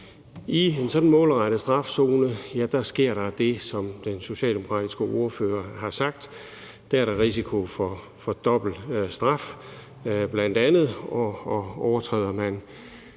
sådan målrettet strafzone sker der det, som den socialdemokratiske ordfører har sagt, at der er risiko for dobbelt straf, bl.a., og overtræder man